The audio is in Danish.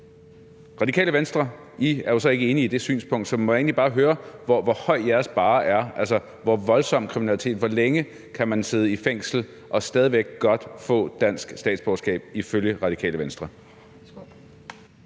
Radikale Venstre er jo så ikke enige i det synspunkt, så jeg må egentlig bare høre, hvor høj jeres barre er, altså hvor voldsom kriminalitet man kan begå, og hvor længe man kan sidde i fængsel, for at man stadig væk godt kan få dansk statsborgerskab, ifølge Radikale Venstre.